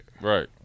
Right